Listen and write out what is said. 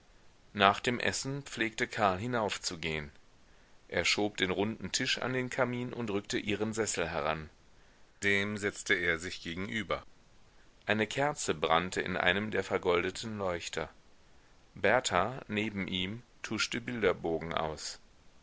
nach dem essen pflegte karl hinaufzugehen er schob den runden tisch an den kamin und rückte ihren sessel heran dem setzte er sich gegenüber eine kerze brannte in einem der vergoldeten leuchter berta neben ihm tuschte bilderbogen aus